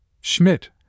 Schmidt